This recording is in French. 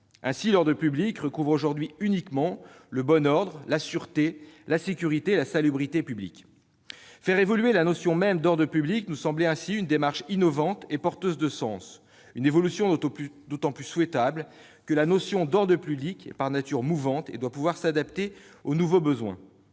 Ainsi, l'ordre public recouvre aujourd'hui uniquement le bon ordre, la sûreté, la sécurité et la salubrité publiques. Faire évoluer la notion même d'ordre public nous semblait une démarche innovante et porteuse de sens, une évolution d'autant plus souhaitable que la notion d'ordre public, par nature mouvante, doit pouvoir s'adapter aux nouveaux besoins.